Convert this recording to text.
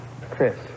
Chris